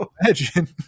imagine